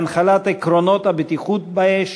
בהנחלת עקרונות הבטיחות באש,